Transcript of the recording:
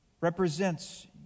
represents